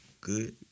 good